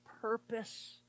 purpose